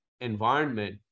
environment